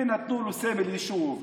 שנתנו לו סמל יישוב,